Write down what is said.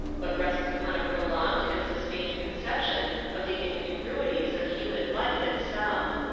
but rests upon a prolonged and sustained conception of the incongruities of human life itself.